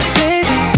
baby